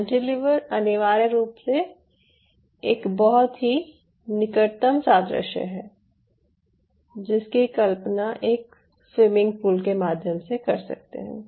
cantilever अनिवार्य रूप से एक बहुत ही निकटतम सादृश्य है जिसकी कल्पना एक स्विमिंग पूल के माध्यम से कर सकते हैं